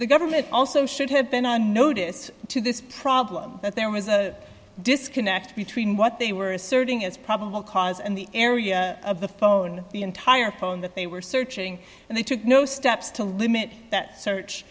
the government also should have been a notice to this problem that there was a disconnect between what they were asserting as probable cause and the area of the phone the entire poem that they were searching and they took no steps to limit that search